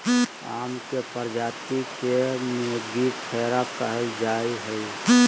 आम के प्रजाति के मेंगीफेरा कहल जाय हइ